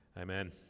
Amen